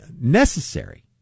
necessary